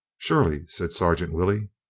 surely, said sergeant willey.